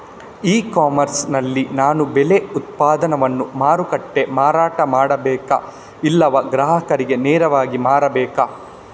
E commerce ನಲ್ಲಿ ನಾನು ಬೆಳೆ ಉತ್ಪನ್ನವನ್ನು ಮಾರುಕಟ್ಟೆಗೆ ಮಾರಾಟ ಮಾಡಬೇಕಾ ಇಲ್ಲವಾ ಗ್ರಾಹಕರಿಗೆ ನೇರವಾಗಿ ಮಾರಬೇಕಾ?